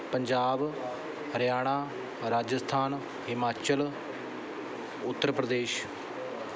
Punjab Haryana Rajasthan Himachal Uttar Pradesh